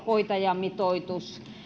hoitajamitoitus